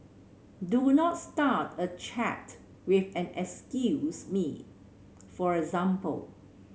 do not start a chat with an excuse me for example